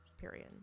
Period